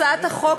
הצעת החוק,